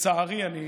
לצערי אני אומר,